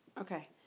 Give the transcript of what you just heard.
Okay